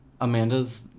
Amanda's